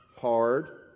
hard